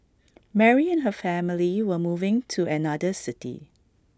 Mary and her family were moving to another city